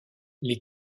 les